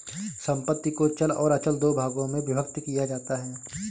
संपत्ति को चल और अचल दो भागों में विभक्त किया जाता है